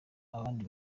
abandi